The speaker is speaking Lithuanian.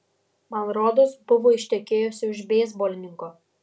man rodos buvo ištekėjusi už beisbolininko